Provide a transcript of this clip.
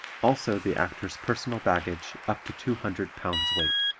also the actor's personal baggage up to two hundred pounds weight.